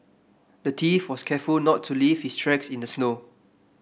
the thief was careful not to leave his tracks in the snow